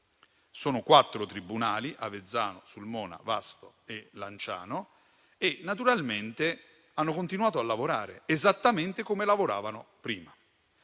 di quattro tribunali, Avezzano, Sulmona, Vasto e Lanciano, che naturalmente hanno continuato a lavorare esattamente come lavoravano prima.